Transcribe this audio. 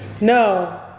No